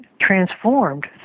transformed